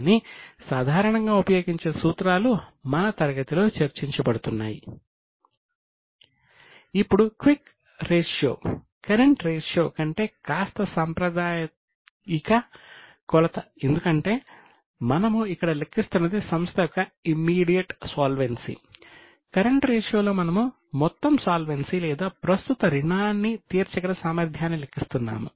కానీ సాధారణంగా ఉపయోగించే సూత్రాలు మన తరగతిలో చర్చించబడుతున్నాయి